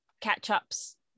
catch-ups